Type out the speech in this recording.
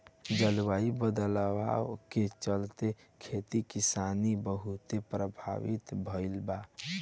जलवायु बदलाव के चलते, खेती किसानी बहुते प्रभावित भईल बा